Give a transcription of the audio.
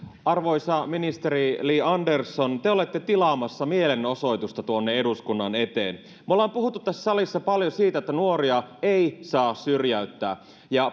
arvoisa ministeri li andersson te te olette tilaamassa mielenosoitusta tuonne eduskunnan eteen me olemme puhuneet tässä salissa paljon siitä että nuoria ei saa syrjäyttää ja